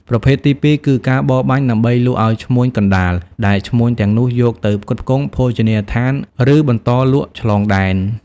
ប្រភេទទីពីរគឺ ការបរបាញ់ដើម្បីលក់ឱ្យឈ្មួញកណ្តាល ដែលឈ្មួញទាំងនោះយកទៅផ្គត់ផ្គង់ភោជនីយដ្ឋាន ឬបន្តលក់ឆ្លងដែន។